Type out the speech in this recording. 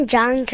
John